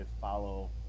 follow